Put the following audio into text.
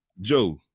Joe